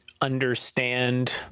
understand